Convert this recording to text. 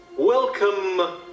Welcome